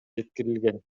жеткирилген